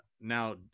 now